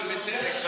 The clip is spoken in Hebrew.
ובצדק,